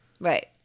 right